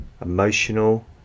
emotional